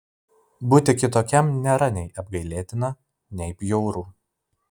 būti kitokiam nėra nei apgailėtina nei bjauru